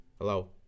Hello